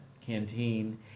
canteen